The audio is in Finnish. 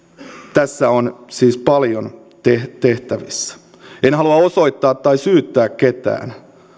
tässä on siis paljon tehtävissä en halua osoittaa tai syyttää ketään